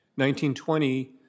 1920